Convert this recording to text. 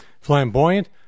Flamboyant